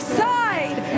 side